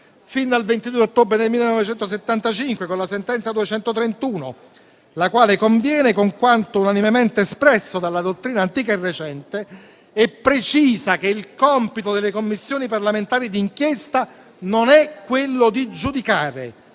che compito delle Commissioni parlamentari di inchiesta non è quello di giudicare,